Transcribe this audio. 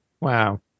Wow